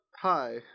Hi